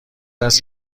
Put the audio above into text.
است